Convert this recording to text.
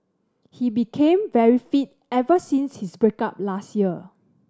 he became very fit ever since his break up last year